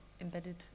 embedded